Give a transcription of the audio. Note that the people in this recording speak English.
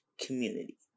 community